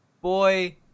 Boy